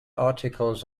articles